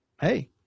Hey